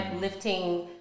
lifting